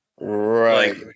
Right